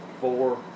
four